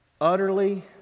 Utterly